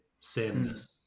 sameness